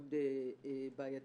מאוד-מאוד-מאוד בעייתית.